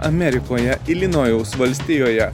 amerikoje ilinojaus valstijoje